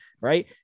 right